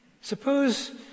Suppose